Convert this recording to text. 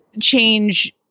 change